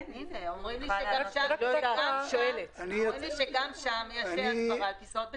אומרים לי שגם שם יש הסברה על כיסאות בטיחות.